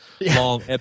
long